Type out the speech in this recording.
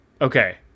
Okay